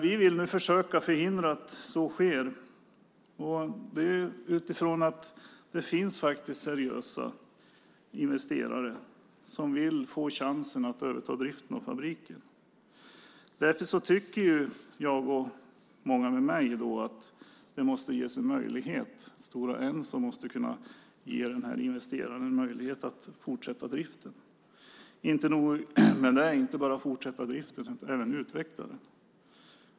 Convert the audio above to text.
Vi vill nu försöka förhindra att så sker utifrån att det faktiskt finns en seriös investerare som vill få chansen att överta driften av fabriken. Därför tycker jag och många med mig att det måste ges en möjlighet här, att Stora Enso måste kunna ge den här investeraren möjligheter att inte bara fortsätta driften utan även utveckla den.